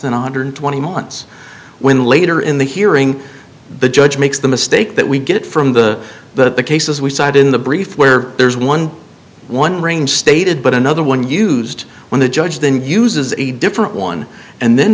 than one hundred twenty months when later in the hearing the judge makes the mistake that we get from the but the cases we cite in the brief where there's one one ring stated but another one used when the judge then uses a different one and then